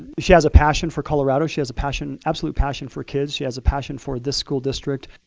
she has a passion for colorado. she has a passion, absolute passion for kids. she has a passion for this school district,